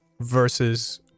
versus